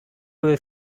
will